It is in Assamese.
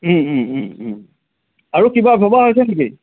আৰু কিবা ভবা হৈছে নেকি